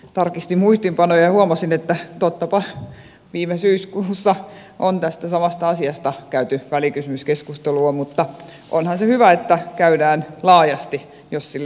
tarkistin muistiinpanoja ja huomasin että tottapa viime syyskuussa on tästä samasta asiasta käyty välikysymyskeskustelua mutta onhan se hyvä että keskustelua käydään laajasti jos sille on tarvetta